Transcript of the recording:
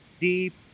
deep